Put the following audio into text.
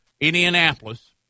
Indianapolis